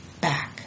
back